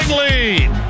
lead